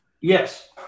yes